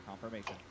confirmation